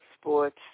sports